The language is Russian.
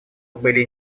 были